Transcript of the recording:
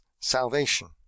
salvation